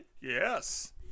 Yes